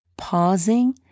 pausing